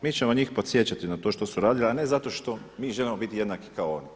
Mi ćemo njih podsjećati na to što su radili, ali ne zato što mi želimo biti jednaki kao oni.